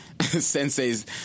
Sensei's